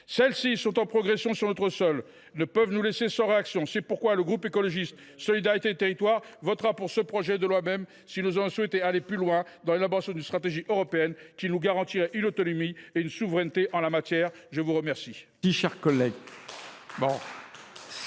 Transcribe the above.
Celles ci sont en progression sur notre sol et ne peuvent nous laisser sans réaction. C’est pourquoi le groupe Écologiste – Solidarité et Territoires votera pour ce projet de loi, même si nous aurions souhaité aller plus loin dans l’élaboration d’une stratégie européenne de nature à nous assurer autonomie et souveraineté en la matière. La parole